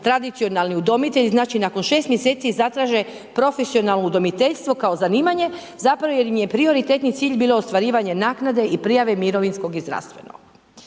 tradicionalni udomitelji, znači nakon 6 mjeseci zatraže profesionalno udomiteljstvo kao zanimanje zapravo jer im je prioritetni cilj bilo ostvarivanje naknade i prijave mirovinskog i zdravstvenog.